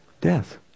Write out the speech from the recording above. death